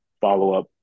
follow-up